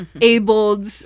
abled